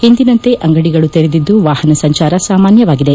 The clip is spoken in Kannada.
ಎಂದಿನಂತೆ ಅಂಗಡಿಗಳು ತೆರೆದಿದ್ದು ವಾಹನ ಸಂಚಾರ ಸಾಮಾನ್ಕವಾಗಿದೆ